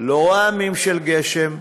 לא רעמים של גשם,